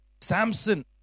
Samson